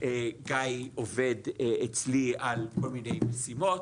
גיא עובד אצלי על כל מיני משימות,